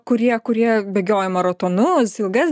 kurie kurie bėgioja maratonus ilgas